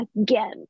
again